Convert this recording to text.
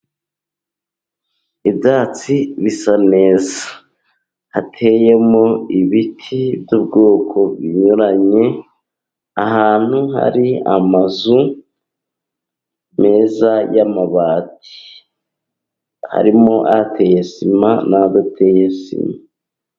Ibyatsi bisa neza, hateyemo ibiti by'ubwoko binyuranye, ahantu hari amazu meza y'amabati, harimo ateye sima n'adateye sima.